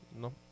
No